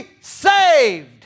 saved